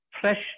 fresh